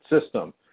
system